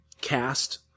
cast